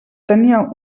tenia